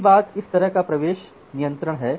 पहली बात एक तरह का प्रवेश नियंत्रण है